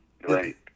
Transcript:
right